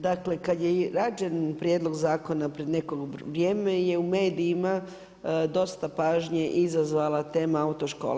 Dakle, kad je rađen prijedlog zakona pred neko vrijeme je u medijima dosta pažnje izazvala tema autoškole.